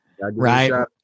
Right